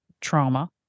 trauma